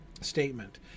statement